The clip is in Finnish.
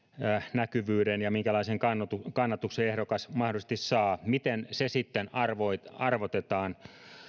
näkyvyyden ja minkälaisen kannatuksen kannatuksen ehdokas mahdollisesti saa miten se sitten arvotetaan